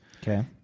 Okay